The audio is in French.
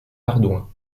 ardouin